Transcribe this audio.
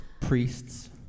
priests